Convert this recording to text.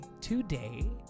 today